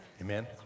Amen